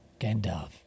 Gandalf